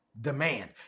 demand